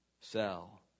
sell